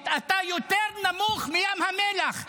להלן תרגומם:) אתה יותר נמוך מים המלח,